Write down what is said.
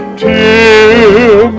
till